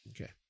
Okay